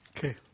Okay